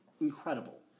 incredible